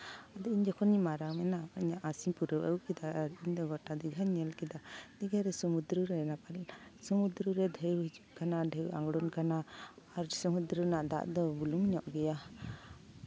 ᱤᱧ ᱡᱚᱠᱷᱚᱱᱤᱧ ᱢᱟᱨᱟᱝᱮᱱᱟ ᱤᱧᱟᱹᱜ ᱟᱥᱤᱧ ᱯᱩᱨᱟᱹᱣ ᱟᱜᱩ ᱠᱮᱫᱟ ᱟᱨ ᱤᱧ ᱫᱚ ᱜᱚᱴᱟ ᱫᱤᱜᱷᱟᱧ ᱧᱮᱞ ᱠᱮᱫᱟ ᱫᱤᱜᱷᱟ ᱨᱮ ᱥᱚᱢᱩᱫᱨᱚ ᱨᱮ ᱰᱷᱮᱣ ᱦᱤᱡᱩᱜ ᱠᱟᱱᱟ ᱰᱷᱮᱣ ᱟᱬᱜᱚᱱ ᱠᱟᱱᱟ ᱟᱨ ᱥᱚᱢᱩᱫᱨᱚ ᱨᱮᱱᱟᱜ ᱫᱟᱜ ᱫᱚ ᱵᱩᱞᱩᱝ ᱧᱚᱜ ᱜᱮᱭᱟ